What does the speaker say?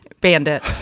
bandit